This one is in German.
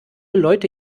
leute